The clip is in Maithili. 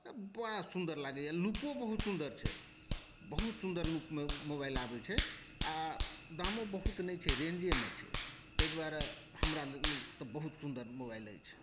बड़ा सुन्दर लगैए लुको बहुत सुन्दर छै बहुत सुन्दर लुकमे मोबाइल आबैत छै आ दामो बहुत नहि छै रेंजेमे छै तहि द्वारे हमरा ई बहुत सुन्दर मोबाइल अछि